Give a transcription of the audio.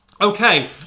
Okay